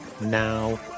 Now